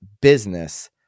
business